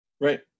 right